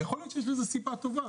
יכול להיות שיש לזה סיבה טובה,